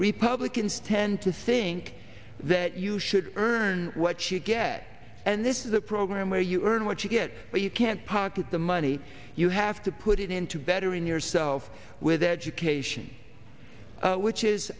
republicans tend to think that you should earn what you get and this is a program where you earn what you get but you can't pocket the money you have to put it into bettering yourself with education which is